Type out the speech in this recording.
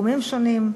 בתחומים שונים.